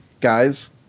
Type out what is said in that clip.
Guys